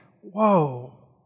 whoa